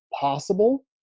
possible